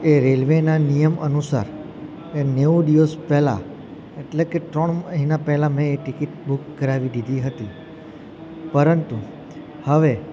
એ રેલવેના નિયમ અનુસાર એ નેવું દિવસ પહેલાં એટલે કે ત્રણ મહિના પહેલાં મેં ટિકિટ બુક કરાવી દીધી હતી પરંતુ હવે